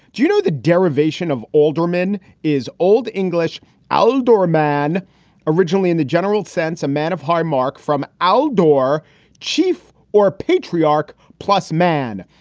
do you know the derivation of alderman is old english outdoor man originally in the general sense, a man of high mark from outdoor chief or patriarch plus man.